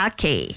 Okay